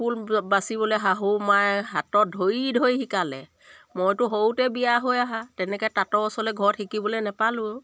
ফুল বাচিবলৈ শাহু মায়ে হাতত ধৰি ধৰি শিকালে মইতো সৰুতে বিয়া হৈ আহা তেনেকৈ তাঁতৰ ওচৰলৈ ঘৰত শিকিবলৈ নাপালোঁ